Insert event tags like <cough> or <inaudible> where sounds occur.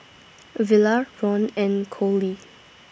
<noise> Villa Ron and Coley